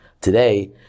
Today